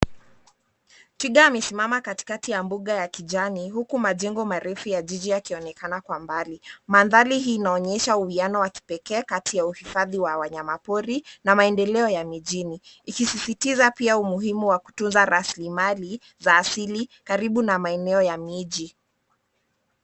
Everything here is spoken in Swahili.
Twiga amesimama katikati ya mbuga ya kijani huku majengo marefu ya jiji yakionekana kwa mbali. Mandhari hii inaonyesha uiano wa kipekee kati ya uhifadhi wa wanyama pori na maendeleo ya mijini, ikisistiza pia umuhimu wa kutunza rasili mali za asili karibu na maeneo ya miji.